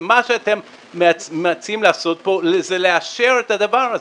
ומה שאתם מציעים לעשות פה זה לאשר את הדבר הזה.